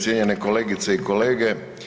Cijenjene kolegice i kolege.